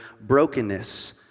brokenness